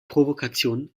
provokation